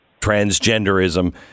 transgenderism